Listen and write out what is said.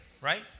right